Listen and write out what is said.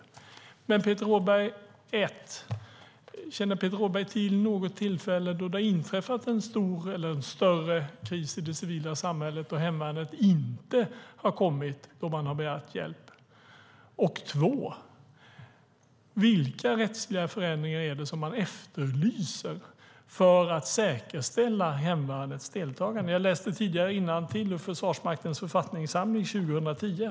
Men nu frågar jag Peter Rådberg: 1. Känner Peter Rådberg till något tillfälle då det inträffat en större kris i det civila samhället och hemvärnet inte har kommit om man har begärt hjälp? 2. Vilka rättsliga förändringar är det som man efterlyser för att säkerställa hemvärnets deltagande? Jag läste tidigare innantill ur Försvarsmaktens författningssamling 2010.